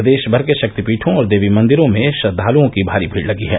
प्रदेष भर के षक्तिपीठों और देवी मंदिरों में श्रद्वालुओं की भारी भीड़ लगी है